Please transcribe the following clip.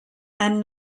and